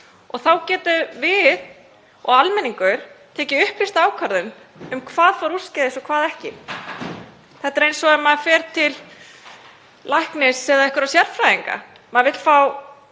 Þá getum við og almenningur tekið upplýsta ákvörðun um hvað fór úrskeiðis og hvað ekki. Þetta er eins og ef maður fer til læknis eða einhverra sérfræðinga,